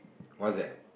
what's that